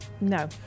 No